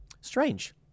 Strange